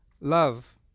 love